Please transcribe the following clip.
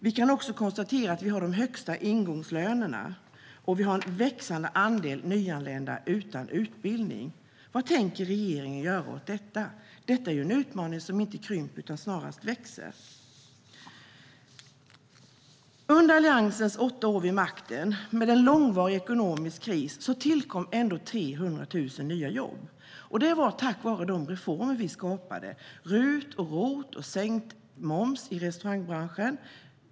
Vi kan också konstatera att vi har de högsta ingångslönerna och att vi har en växande andel nyanlända utan utbildning. Vad tänker regeringen göra åt detta? Det är ju en utmaning som inte krymper utan snarare växer. Under Alliansens åtta år vid makten tillkom, trots en långvarig ekonomisk kris, 300 000 nya jobb. Det var tack vare de reformer vi genomförde: RUT, ROT och sänkt moms i restaurangbranschen.